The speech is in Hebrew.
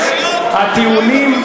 הטיעונים,